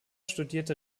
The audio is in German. studierte